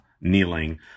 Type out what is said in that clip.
kneeling